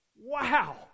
Wow